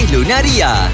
Lunaria